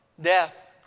Death